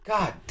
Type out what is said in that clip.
God